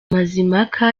mazimhaka